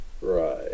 Right